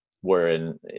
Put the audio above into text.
wherein